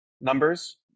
numbers